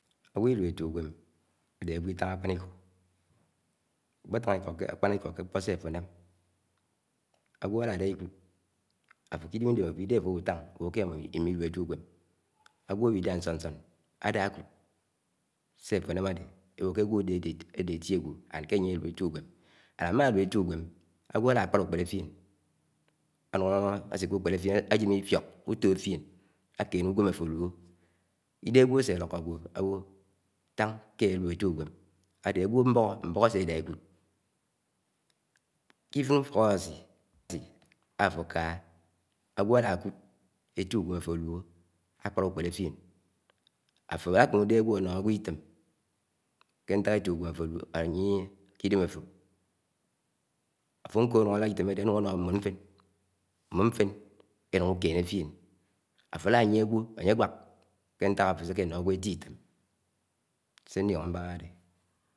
. Ágwo̱ ilú éti úgwe̱ɱ adé ágwo nitán akpan̄iko. Ákpe̱táṉ, Ákpánikó ké ɱkpo̱ sé áfo ánám, ágwo áládá ikúd áfo ké ídém ídém áfo, idéhé áfo áwu után úwo ƙe émmo imilú éti úgwem, ágwo áwidá ṉsánsán ádákúd se áfo anám áde, ewọ ké ágwo áde áde eti ágwó ndién ké ányé, álú, éti úgwem. Ámmá álu eti úgwem, ágwo̱ alá kpád úkpélé fién ánun ásìke, úkpéle fien áje̱m, ífiók, úto fién ákéné úgwem áfo alúhó. Idéhè, ágwo, àse áloko agwo mbo̱ho mbo̱ho̱ áse édá ekúd Ké úfọk, Awasì áfo ákáhá, ágwo álúkúd. Eti úgwém áfó akémé íde ágwo̱ ánọhọ agwọ item̃ ké nták éti ugwém áfo, alúhọ. Áyiené ké idém áfọ, áfọ ṉho̱ ánún álád itóm áde ánún ano mbon nfen, mbon fén enún, úke̱ṉe fién. Áfo, álá, yie ágwo ánye áwák ke nták áfoáseke áno ágwo ṉti i’teɱ. Se ndiónó mbángá ádédé